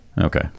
okay